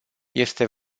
este